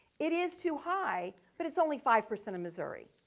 it is too high, but it's only five percent of missouri.